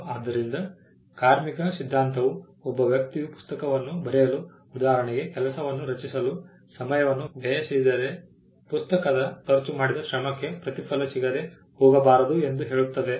ಆದ್ದರಿಂದ ಕಾರ್ಮಿಕ ಸಿದ್ಧಾಂತವು ಒಬ್ಬ ವ್ಯಕ್ತಿಯು ಪುಸ್ತಕವನ್ನು ಬರೆಯಲು ಉದಾಹರಣೆಗೆ ಕೆಲಸವನ್ನು ರಚಿಸಲು ಸಮಯವನ್ನು ವ್ಯಯಿಸಿದರೆ ಪುಸ್ತಕವನ್ನು ರಚಿಸಲು ಖರ್ಚು ಮಾಡಿದ ಶ್ರಮಕ್ಕೆ ಪ್ರತಿಫಲ ಸಿಗದೇ ಹೋಗಬಾರದು ಎಂದು ಹೇಳುತ್ತದೆ